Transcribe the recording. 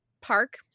park